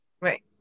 right